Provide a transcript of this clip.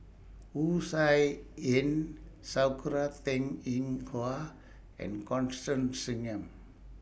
Wu Tsai Yen Sakura Teng Ying Hua and Constance Singam